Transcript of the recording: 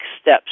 steps